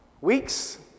weeks